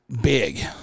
big